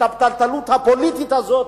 הפתלתלות הפוליטית הזאת,